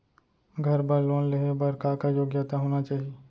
घर बर लोन लेहे बर का का योग्यता होना चाही?